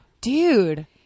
Dude